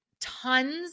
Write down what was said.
tons